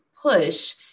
push